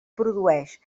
produeix